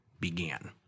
began